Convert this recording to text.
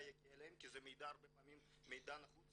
יגיע אליהם כי הרבה פעמים זה מידע נחוץ,